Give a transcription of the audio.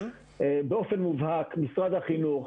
באופן מובהק משרד החינוך,